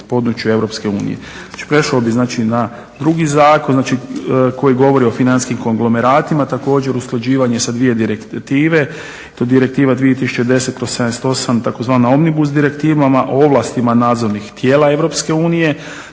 prešao bih znači na drugi zakon koji govori o financijskim konglomeratima, također usklađivanje sa dvije direktive. Direktiva 2010/78 tzv. Omnibus direktiva o ovlastima nadzornih tijela